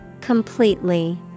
Completely